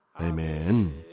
Amen